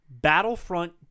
Battlefront